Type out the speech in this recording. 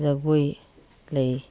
ꯖꯒꯣꯏ ꯂꯩ